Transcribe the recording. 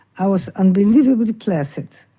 i was unbelievably placid,